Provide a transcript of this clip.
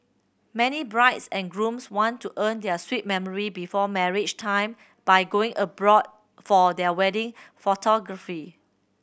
many brides and grooms want to earn their sweet memory before marriage time by going abroad for their wedding photography